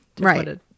right